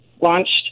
launched